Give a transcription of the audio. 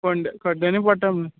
खड्ड्यानी पडटा म्हणून